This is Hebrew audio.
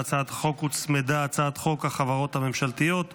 להצעת החוק הוצמדה הצעת חוק החברות הממשלתיות (תיקון,